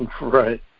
Right